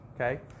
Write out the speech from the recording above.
okay